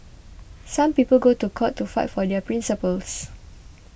some people go to court to fight for their principles